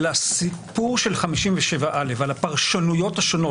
על הסיפור של 57א ועל הפרשנויות השונות